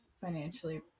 financially